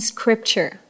Scripture